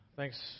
thanks